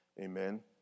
Amen